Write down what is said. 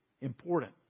important